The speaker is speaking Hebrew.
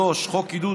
3. חוק עידוד